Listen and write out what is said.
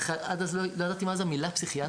עד אז בכלל לא ידעתי מה זה המילה "פסיכיאטרים",